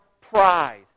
pride